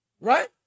right